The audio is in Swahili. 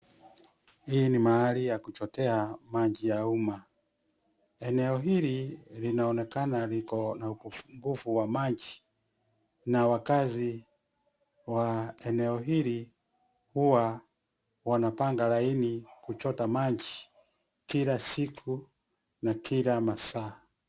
Hii ni mahali ya kuchotea maji ya umma. Eneo hili linaonekana liko na upungufu wa maji na wakazi wa eneo hili, huwa wanapanga laini kuchota maji kila siku na kila masaa.